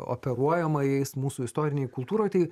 operuojama jais mūsų istorinėj kultūroj tai